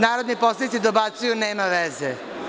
Narodni poslanici dobacuju – nema veze.